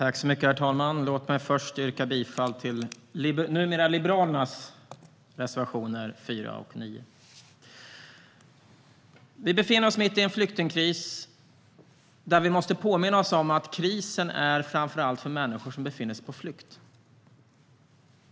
Herr talman! Låt mig först yrka bifall till Liberalernas reservationer 4 och 9. Vi befinner oss mitt i en flyktingkris, men vi måste påminna oss om att det framför allt är en kris för de människor som är på flykt.